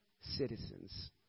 citizens